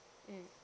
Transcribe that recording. mmhmm